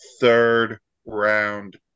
third-round